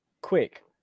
quick